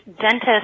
dentist